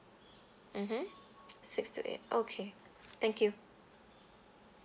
mmhmm six to eight okay thank you